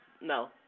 no